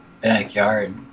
backyard